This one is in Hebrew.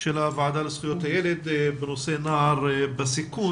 של הוועדה לזכויות הילד בנושא נוער בסיכון,